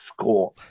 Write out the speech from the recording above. score